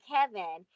Kevin